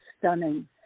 stunning